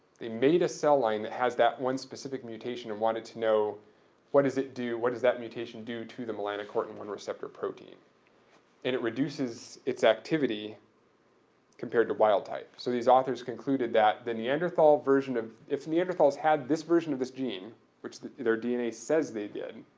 they made a cell line that has that one specific mutation and wanted to know what does it do, what does that mutation do to the melanocortin one receptor protein? and it reduces its activity compared to wild type. so these authors concluded that the neanderthal version of if neanderthals had this version of this gene which that our dna says they did,